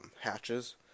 hatches